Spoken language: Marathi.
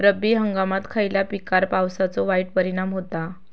रब्बी हंगामात खयल्या पिकार पावसाचो वाईट परिणाम होता?